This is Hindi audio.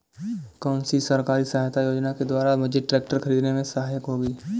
कौनसी सरकारी सहायता योजना के द्वारा मुझे ट्रैक्टर खरीदने में सहायक होगी?